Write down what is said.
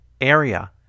area